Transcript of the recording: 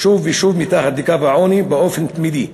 שוב ושוב מתחת לקו העוני, באופן תמידי.